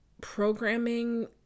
programming